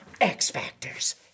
X-Factors